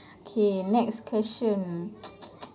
K next question